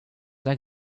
like